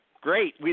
Great